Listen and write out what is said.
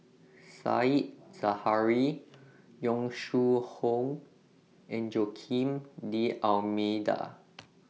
Said Zahari Yong Shu Hoong and Joaquim D'almeida